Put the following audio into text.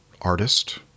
artist